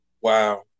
Wow